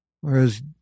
whereas